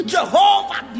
Jehovah